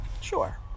Sure